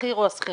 השכיר או השכירה,